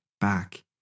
back